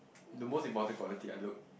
the most important quality I look